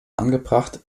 angebracht